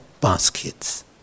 baskets